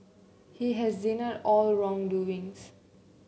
he has denied all wrongdoings